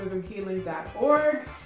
Healing.org